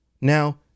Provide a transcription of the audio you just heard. Now